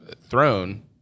throne